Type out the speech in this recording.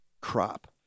crop